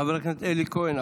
חבר הכנסת אלי כהן,